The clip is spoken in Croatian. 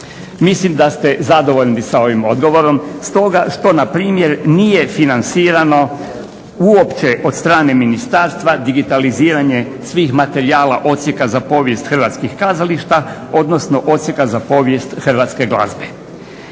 Mislim da ste zadovoljni s ovim odgovorom, stoga što npr. nije financirano uopće od strane ministarstva digitaliziranje svih materijala Odsjeka za povijest hrvatskih kazališta odnosno Odsjeka za povijest hrvatske glazbe.